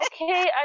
Okay